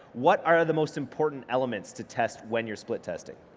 what are the most important elements to test when you're split testing?